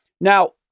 Now